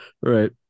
Right